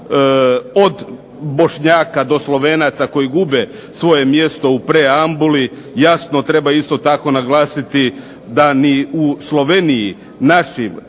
od Bošnjaka do Slovenaca koje gube svoje mjesto u preambuli. Jasno, treba isto tako naglasiti da ni u Sloveniji našim